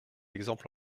exemple